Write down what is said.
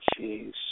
Jeez